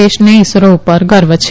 દેશને ઇસરો ઉપર ગર્વ છે